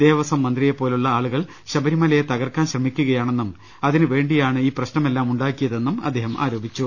ദേവസ്വം മന്ത്രിയെപ്പോലുള്ള ആളുകൾ ശബരിമലയെ തകർക്കാൻ ശ്രമി ക്കുകയാണെന്നും അതിനുവേണ്ടിയാണ് ഈ പ്രശ്നമെല്ലാം ഉണ്ടാക്കിയ തെന്നും അദ്ദേഹം ആരോപിച്ചു